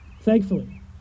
thankfully